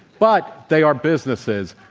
but they are businesses,